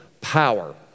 power